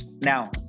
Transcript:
Now